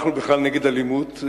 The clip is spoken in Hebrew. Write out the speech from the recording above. אנחנו בכלל נגד אלימות.